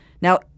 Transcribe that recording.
Now